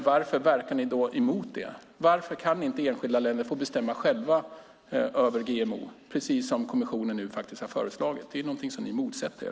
Varför verkar ni emot det? Varför kan inte enskilda länder få bestämma själva över GMO, precis som kommissionen har föreslagit? Det är någonting som ni motsätter er.